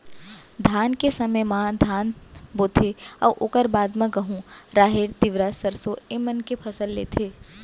धान के समे म धान बोथें अउ ओकर बाद म गहूँ, राहेर, तिंवरा, सरसों ए मन के फसल लेथें